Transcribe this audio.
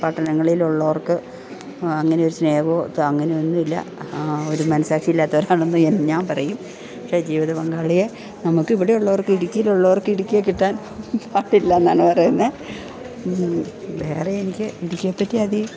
പട്ടണങ്ങളിൽ ഉള്ളവർക്ക് അങ്ങനെ ഒരു സ്നേഹമോ അങ്ങനെ ഒന്നുമല്ല ഒരു മനസ്സാക്ഷി ഇല്ലാത്തവരാണെന്ന് ഞാൻ പറയും പക്ഷേ ജീവിത പങ്കാളിയെ നമുക്ക് ഇവിടെയുള്ളവർക്ക് ഇടുക്കിലുള്ളവർക്ക് ഇടുക്കിയെ കിട്ടാൻ പാടില്ല എന്നാണ് പറയുന്നത് വേറെ എനിക്ക് ഇടുക്കിയെ പറ്റി അതിൽ